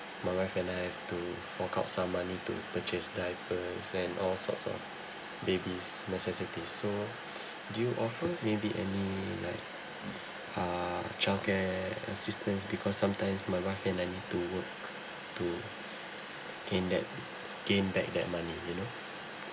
my wife and I have to fork out some money to purchase diapers and all sorts of baby's necessities so do you offer maybe any like uh childcare assistance because sometimes my wife and I need to work to gain that gain back that money you know